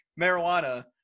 marijuana